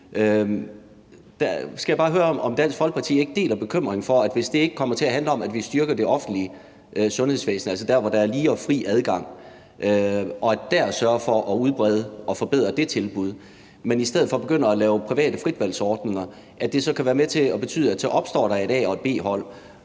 skal bare høre, om Dansk Folkeparti ikke deler bekymringen for, at hvis det ikke kommer til at handle om, at vi styrker det offentlige sundhedsvæsen, altså der, hvor der er lige og fri adgang, og der sørger for at udbrede og forbedre det tilbud, men i stedet for begynder at lave private fritvalgsordninger, at så kan det være med til at betyde, at der opstår et A- og et B-hold,